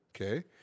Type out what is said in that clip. okay